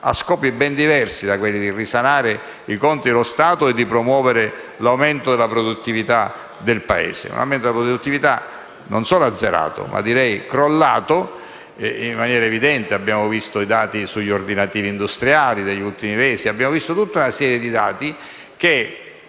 a scopi ben diversi dal risanare i conti dello Stato e promuovere l'aumento della produttività del Paese. L'aumento della produttività non solo è azzerato, ma direi che è addirittura crollato e in maniera evidente. Abbiamo visto i dati sugli ordinativi industriali negli ultimi mesi e tutta una serie di dati